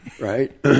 right